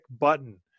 button